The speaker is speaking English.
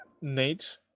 Nate